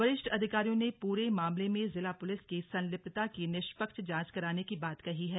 वरिष्ठ अधिकारियों ने पूरे मामले में जिला पुलिस की संलिप्तता की निष्पक्ष जाँच कराने की बात कही है